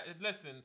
listen